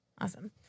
awesome